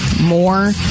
more